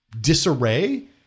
disarray